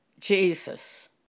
Jesus